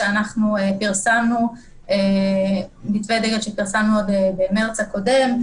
שפרסמנו עוד במרץ הקודם,